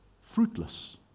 fruitless